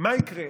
מה יקרה?